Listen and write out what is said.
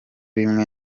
rimwe